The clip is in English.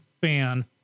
fan